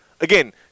again